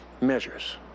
measures